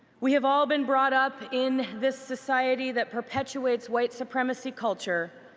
we have all been brought up in this society that perpetuates white supremacy culture,